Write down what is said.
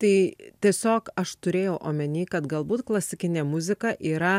tai tiesiog aš turėjau omeny kad galbūt klasikinė muzika yra